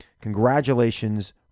congratulations